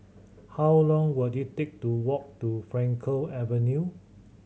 how long will it take to walk to Frankel Avenue